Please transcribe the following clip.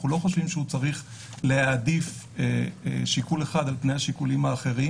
אנחנו לא חושבים שהוא צריך להעדיף שיקול אחד על פני השיקולים האחרים.